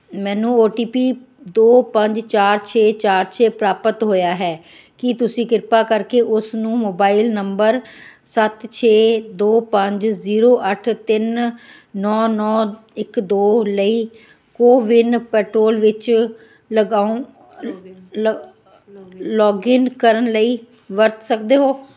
ਮੈਨੂੰ O T P ਦੋ ਪੰਜ ਚਾਰ ਛੇ ਚਾਰ ਛੇ ਪ੍ਰਾਪਤ ਹੋਇਆ ਹੈ ਕੀ ਤੁਸੀਂ ਕਿਰਪਾ ਕਰਕੇ ਉਸ ਨੂੰ ਮੋਬਾਈਲ ਨੰਬਰ ਸੱਤ ਛੇ ਦੋ ਪੰਜ ਜੀਰੋ ਅੱਠ ਤਿੰਨ ਨੌਂ ਨੌਂ ਇੱਕ ਦੋ ਲਈ ਕੋਵਿੰਨ ਪੈਟਰੋਲ ਵਿੱਚ ਲਗਾਓ ਲੌਗਇਨ ਕਰਨ ਲਈ ਵਰਤ ਸਕਦੇ ਹੋ